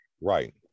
Right